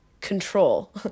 control